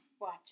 watch